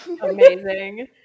Amazing